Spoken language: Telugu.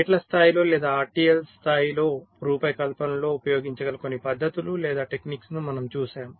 గేట్ల స్థాయిలో లేదా RTL స్థాయి రూపకల్పనలో ఉపయోగించగల కొన్ని పద్ధతులు లేదా టెక్నిక్స్ ను మనము చూశాము